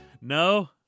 No